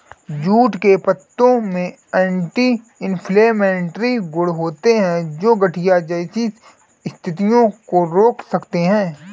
jute के पत्तों में एंटी इंफ्लेमेटरी गुण होते हैं, जो गठिया जैसी स्थितियों को रोक सकते हैं